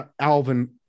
Alvin